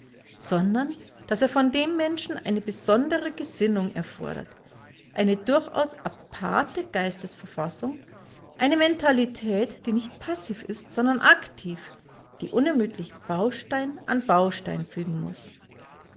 sondern daß er von dem menschen eine besondere gesinnung erfordert eine durchaus aparte geistesverfassung eine mentalität die nicht passiv ist sondern aktiv die unermüdlich baustein an baustein fügen muß